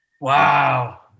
wow